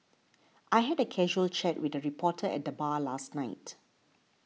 I had a casual chat with a reporter at the bar last night